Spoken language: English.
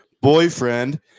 boyfriend